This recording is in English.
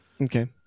Okay